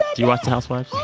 do you watch housewives?